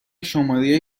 شماره